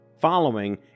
following